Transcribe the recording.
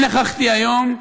אני נכחתי היום,